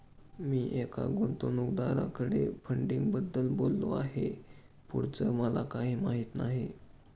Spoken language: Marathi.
मी एका गुंतवणूकदाराकडे फंडिंगबद्दल बोललो आहे, पुढचं मला काही माहित नाही